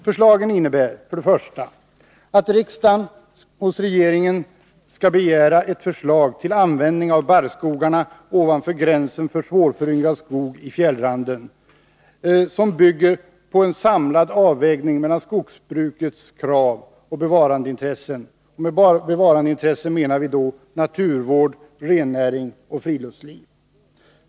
För det första yrkar vi att riksdagen hos regeringen skall begära ett förslag till användning av barrskogarna ovanför gränsen för svårföryngrad skog i fjällranden som bygger på en samlad avvägning mellan skogsbrukets krav och bevarandeintressena. Med bevarandeintressena menar vi i detta sammanhang synpunkter avseende naturvård, rennäring och friluftsliv.